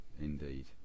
indeed